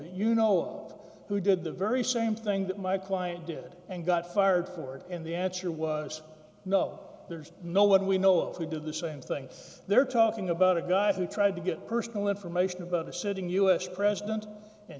you know who did the very same thing that my client did and got fired for it and the answer was no there's no one we know of who did the same thing they're talking about a guy who tried to get personal information about a sitting u s president and